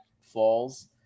falls